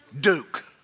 Duke